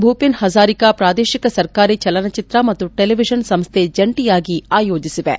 ಭೂಪೆನ್ ಹಜಾರಿಕಾ ಪ್ರಾದೇಶಿಕ ಸರ್ಕಾರಿ ಚಲನಚಿತ್ರ ಮತ್ತು ಟೆಲಿವಿಷನ್ ಸಂಸ್ಥೆ ಜಂಟಿಯಾಗಿ ಆಯೋಜಿಸಿವೆ